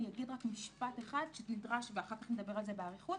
אני אגיד רק משפט אחד ואחר כך נדבר על זה באריכות